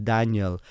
Daniel